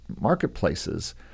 marketplaces